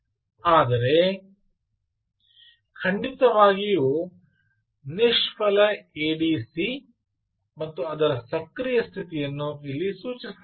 ಆದರೆ ಖಂಡಿತವಾಗಿಯೂ ನಿಷ್ಫಲ ಎಡಿಸಿ ಮತ್ತು ಅದರ ಸಕ್ರಿಯ ಸ್ಥಿತಿಯನ್ನು ಇಲ್ಲಿ ಸೂಚಿಸಲಾಗಿದೆ